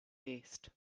taste